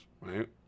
right